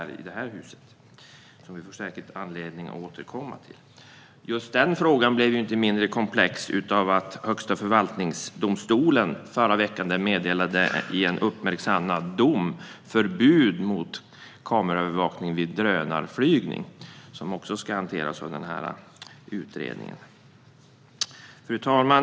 Vi kommer alltså säkert att få anledning att återkomma till det. Just den frågan blev inte mindre komplex när Högsta förvaltningsdomstolen i en uppmärksammad dom som kom förra veckan meddelade förbud mot kameraövervakning vid drönarflygning. Det ska också hanteras av utredningen. Fru talman!